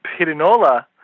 Pirinola